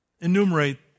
enumerate